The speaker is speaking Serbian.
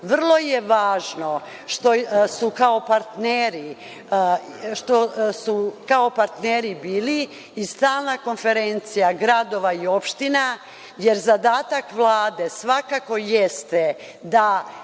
Vrlo je važno što su kao partneri bili i Stalna konferencija gradova i opština jer zadatak Vlade svakako jeste da